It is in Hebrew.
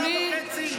שנה וחצי?